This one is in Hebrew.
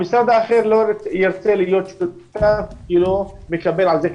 המשרד האחר לא ירצה להיות שותף כי הוא לא מקבל על זה קרדיט.